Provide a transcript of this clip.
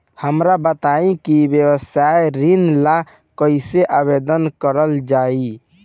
हमरा बताई कि व्यवसाय ऋण ला कइसे आवेदन करल जाई?